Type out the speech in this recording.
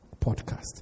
podcast